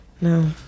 No